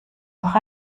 noch